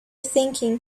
thinking